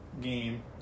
game